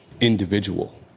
individual